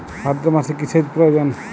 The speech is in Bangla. ভাদ্রমাসে কি সেচ প্রয়োজন?